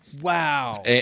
Wow